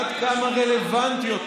עד כמה זה רלוונטי,